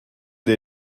des